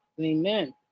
Amen